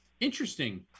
Interesting